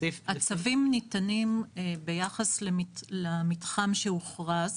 הצווים ניתנים ביחס למתחם שהוכרז.